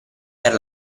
per